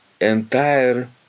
entire